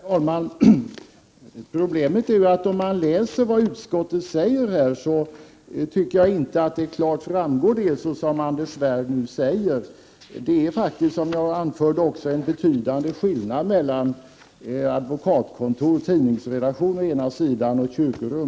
Herr talman! Problemet är att om man läser vad utskottet säger, framgår inte klart det som Anders Svärd nu säger. Det är faktiskt, som jag tidigare anförde, en betydande skillnad mellan å ena sidan ett advokatkontor och en tidningsredaktion och å andra sidan ett kyrkorum.